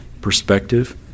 perspective